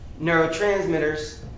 neurotransmitters